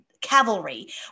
cavalry